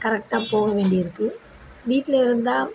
கரெக்டாக போகவேண்டி இருக்குது வீட்டில் இருந்தால்